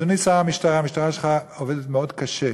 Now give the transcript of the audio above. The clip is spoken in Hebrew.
אדוני שר המשטרה, המשטרה שלך עובדת מאוד קשה,